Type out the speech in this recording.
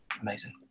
Amazing